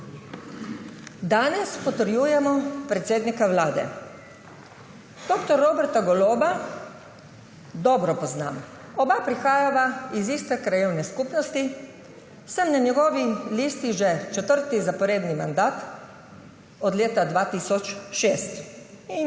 Danes potrjujemo predsednika Vlade. Dr. Roberta Goloba dobro poznam. Oba prihajava iz iste krajevne skupnosti, sem na njegovi listi že četrti zaporedni mandat, od leta 2006. V